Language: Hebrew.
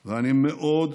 ובמקביל, על הלוח הלועזי.